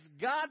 God